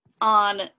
on